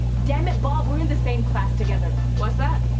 dammit, bob, we're in the same class together. what's that,